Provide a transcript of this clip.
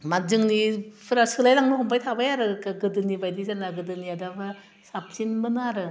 मा जोंनिफ्रा सोलाय लांनो हमबाय थाबाय आरो गो गोदोनि बायदि जाला गोदोनिया दा बा साबसिनमोन आरो